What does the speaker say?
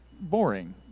boring